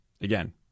again